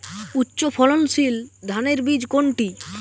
উচ্চ ফলনশীল ধানের বীজ কোনটি?